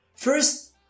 First